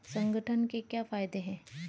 संगठन के क्या फायदें हैं?